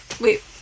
Wait